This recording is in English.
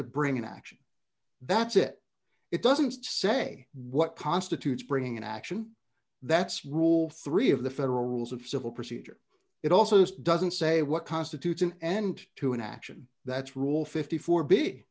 to bring an action that's it it doesn't say what constitutes bringing an action that's wall three of the federal rules of civil procedure it also doesn't say what constitutes an end to an action that's rule fifty four